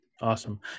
Awesome